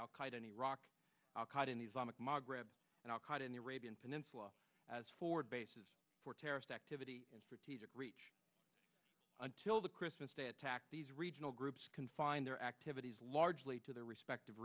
arabian peninsula as forward bases for terrorist activity reach until the christmas day attack these regional groups can find their activities largely to their respective